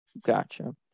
gotcha